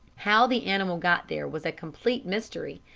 how the animal got there was a complete mystery,